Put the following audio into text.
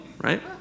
right